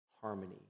harmony